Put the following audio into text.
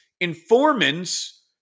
informants